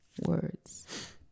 words